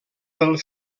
pel